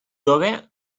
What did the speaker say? jove